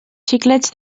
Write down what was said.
xiclets